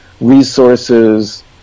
resources